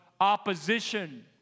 opposition